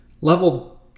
level